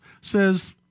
says